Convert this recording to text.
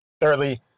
Thirdly